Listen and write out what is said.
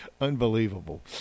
Unbelievable